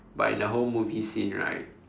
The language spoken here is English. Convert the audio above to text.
but in the whole movie scene right